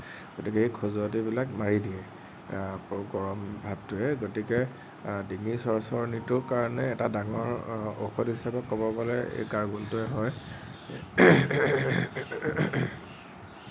গতিকে এই খজুৱতিবিলাক মাৰি দিয়ে গৰম ভাপটোৱে গতিকে ডিঙিৰ চৰচৰনিটোৰ কাৰণে এটা ডাঙৰ ঔষধ হিচাপে ক'ব গ'লে এই গাৰগলটোৱেই হয়